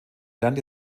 lernte